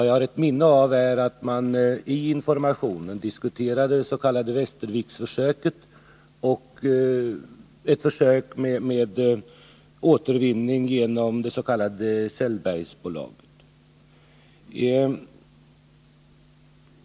Jag minns att man vid informationen diskuterade det s.k. Västerviksförsöket, ett försök med återvinning genom det s.k. Sellbergsbolaget.